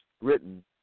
written